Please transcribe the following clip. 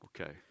Okay